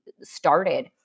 started